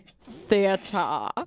theater